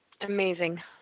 Amazing